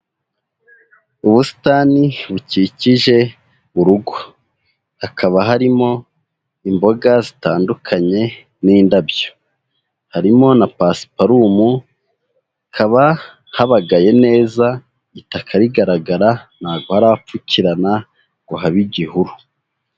Ubusitani bukikije urugo. Hakaba harimo imboga zitandukanye n'indabyo. Harimo na pasiparumu, hakaba habagaye neza itaka rigaragara ntabwo harapfukirana ngo habe igihuru.